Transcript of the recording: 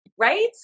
Right